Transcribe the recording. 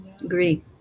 agree